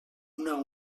una